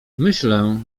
myślę